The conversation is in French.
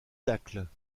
tacles